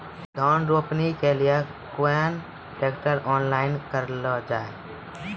धान रोपनी के लिए केन ट्रैक्टर ऑनलाइन जाए?